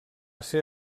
ser